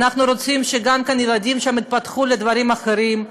אנחנו רוצים שגם כאן הילדים יתפתחו לדברים אחרים,